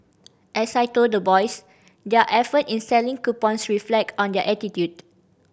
as I told the boys their effort in selling coupons reflect on their attitude